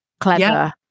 clever